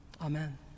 Amen